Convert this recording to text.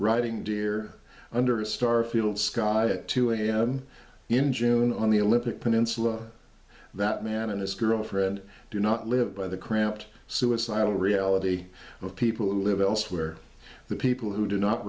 writing dear under a starfield sky it to em in june on the olympic peninsula that man and his girlfriend do not live by the cramped suicidal reality of people who live elsewhere the people who do not